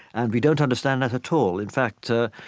and we don't understand that at all. in fact, ah,